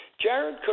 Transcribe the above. Jared